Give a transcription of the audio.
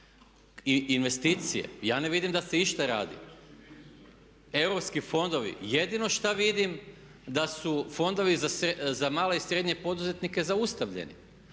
I investicije, ja ne vidim da se išta radi. Europski fondovi, jedino šta vidim da su fondovi za male i srednje poduzetnike zaustavljeni.